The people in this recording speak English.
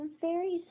fairies